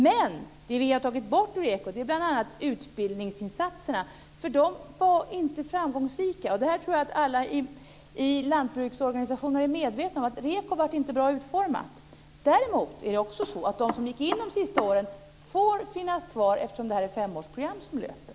Det vi har tagit bort ur REKO är bl.a. utbildningsinsatserna, för de var inte framgångsrika. Jag tror att alla i lantbruksorganisationerna är medvetna om att REKO inte blev bra utformat. Däremot får de som gick in de senaste åren finnas kvar eftersom det är femårsprogram som löper.